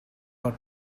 but